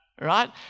Right